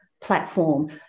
platform